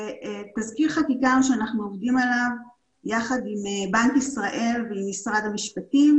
זה תזכיר חקיקה שאנחנו עובדים עליו יחד עם בנק ישראל ועם משרד המשפטים,